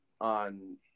on